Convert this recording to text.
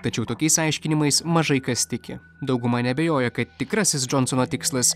tačiau tokiais aiškinimais mažai kas tiki dauguma neabejoja kad tikrasis džonsono tikslas